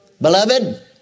beloved